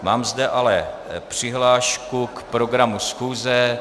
Mám zde ale přihlášku k programu schůze.